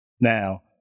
Now